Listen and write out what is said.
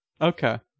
Okay